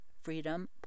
Freedom